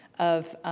of.